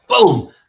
boom